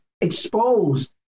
exposed